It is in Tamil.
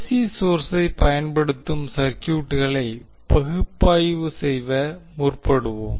சி சோர்ஸை பயன்படுத்தும் சர்க்யூட்களை பகுப்பாய்வு செய்ய முற்படுவோம்